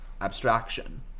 abstraction